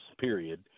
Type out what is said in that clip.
period